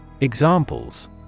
Examples